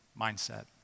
mindset